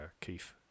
keith